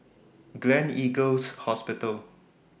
Gleneagles Hospital